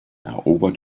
erobert